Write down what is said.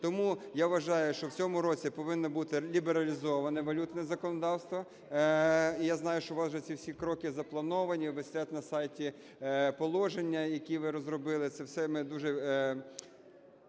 Тому, я вважаю, що в цьому році повинно бути лібералізоване валютне законодавство. І я знаю, що у вас вже всі ці кроки заплановані, висять на сайті положення, які ви розробили. Це все ми дуже…